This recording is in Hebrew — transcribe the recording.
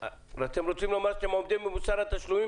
אתם רוצים לומר שאתם עומדים במוסר התשלומים